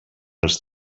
els